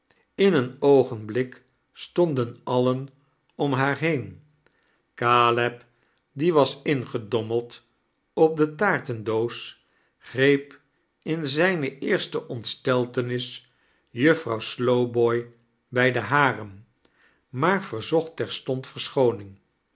in een oogenblik stonden alien om haar heen caleb die was ingedommeld op de taartendoos greep in zijne eerste ontsteltenis juffrouw slowboy bij dg haren maar verzocht terstond